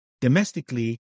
Domestically